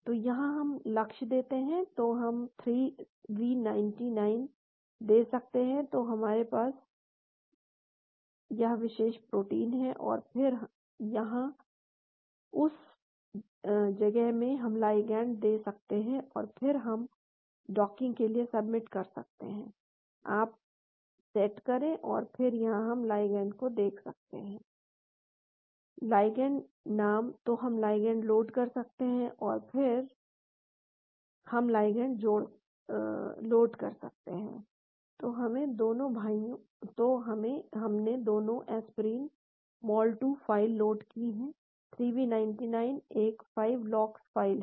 तो यहाँ हम लक्ष्य देते हैं तो हम 3v99 दे सकते हैं तो हमारे पास यह विशेष प्रोटीन है और फिर यहाँ उस जगह में हम लाइगैंड दे सकते हैं और फिर हम डॉकिंग के लिए सबमिट कर सकते हैं आप सेट अप करें और फिर यहां हम लाइगैंड को दे सकते हैं लाइगैंड नाम तो हम लाइगैंड लोड कर सकते हैं और फिर हम लाइगैंड लोड कर सकते हैं तो हमने दोनों एस्पिरिन mol 2 फ़ाइल लोड की हैं 3v99 एक 5 लॉक्स फ़ाइल है